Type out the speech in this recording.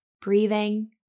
breathing